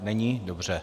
Není, dobře.